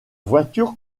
voiture